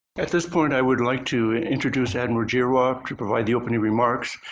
at this point i would like to introduce admiral giroir to provide the opening remarks.